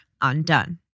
undone